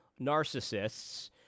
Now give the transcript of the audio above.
narcissists